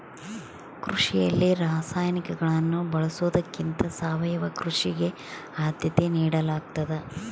ಕೃಷಿಯಲ್ಲಿ ರಾಸಾಯನಿಕಗಳನ್ನು ಬಳಸೊದಕ್ಕಿಂತ ಸಾವಯವ ಕೃಷಿಗೆ ಆದ್ಯತೆ ನೇಡಲಾಗ್ತದ